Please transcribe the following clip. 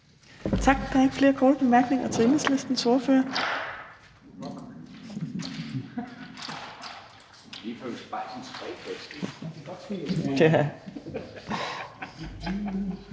Tak. Der er ikke flere korte bemærkninger til Enhedslistens ordfører.